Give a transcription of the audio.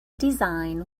design